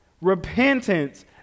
Repentance